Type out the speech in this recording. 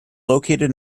located